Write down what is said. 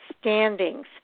standings